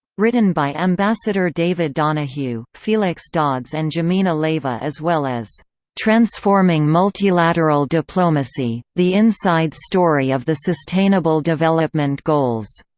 written by ambassador david donoghue, felix dodds and jimena leiva as well as transforming multilateral diplomacy the inside story of the sustainable development goals